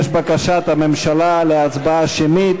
יש בקשת הממשלה להצבעה שמית.